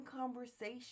conversation